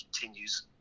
continues